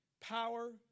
Power